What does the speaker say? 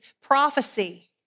prophecy